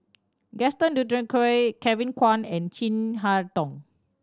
Gaston Dutronquoy Kevin Kwan and Chin Harn Tong